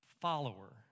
follower